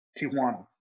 tijuana